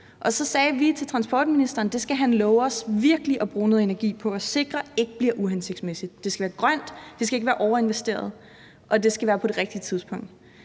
Og så sagde vi til transportministeren, at det skal han love os virkelig at bruge noget energi på at sikre ikke bliver uhensigtsmæssigt. Det skal være grønt, det skal ikke være overinvesteret, og det skal være på det rigtige tidspunkt.